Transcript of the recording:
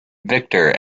victor